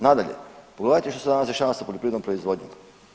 Nadalje, pogledate što se danas dešava sa poljoprivrednom proizvodnjom?